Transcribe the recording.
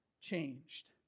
changed